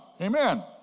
amen